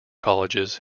colleges